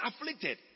afflicted